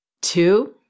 Two